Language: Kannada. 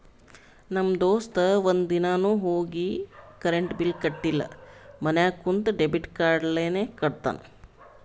ನಮ್ ದೋಸ್ತ ಒಂದ್ ದಿನಾನು ಹೋಗಿ ಕರೆಂಟ್ ಬಿಲ್ ಕಟ್ಟಿಲ ಮನ್ಯಾಗ ಕುಂತ ಡೆಬಿಟ್ ಕಾರ್ಡ್ಲೇನೆ ಕಟ್ಟತ್ತಾನ್